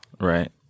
right